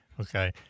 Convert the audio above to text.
Okay